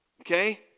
okay